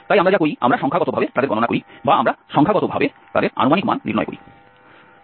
তাই আমরা যা করি আমরা সংখ্যাগতভাবে তাদের গণনা করি বা আমরা সংখ্যাগতভাবে তাদের আনুমানিক মান নির্ণয় করি